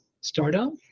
startup